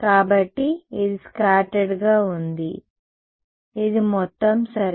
కాబట్టి ఇది స్కాటర్డ్ గా ఉంది ఇది మొత్తం సరే